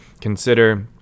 consider